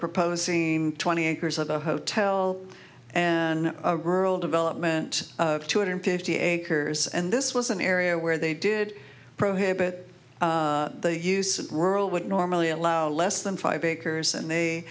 proposing twenty acres of a hotel and a rural development two hundred fifty acres and this was an area where they did prohibit the use of rural would normally allow less than five acres and they